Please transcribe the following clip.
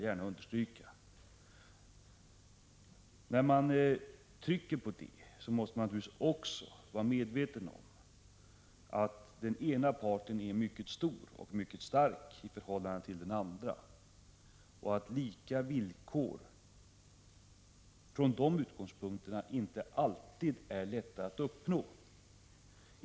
Men när vi trycker på detta, måste vi naturligtvis också vara medvetna om att den ena parten är mycket stor och mycket stark i förhållande till den andra och att lika villkor från dessa utgångspunkter inte alltid är lätta att uppnå.